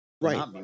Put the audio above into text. Right